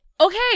okay